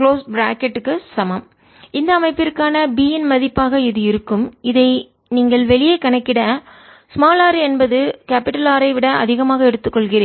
3 க்கு சமம் இந்த அமைப்பிற்கான B இன் மதிப்பாக இது இருக்கும்இதை நீங்கள் வெளியே கணக்கிட r என்பது R ஐ விட அதிகமாக எடுத்துக் கொள்கிறேன்